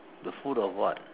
the food of what